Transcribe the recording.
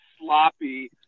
sloppy